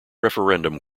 referendum